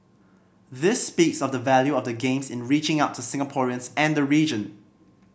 this speaks of the value of the games in reaching out to Singaporeans and the region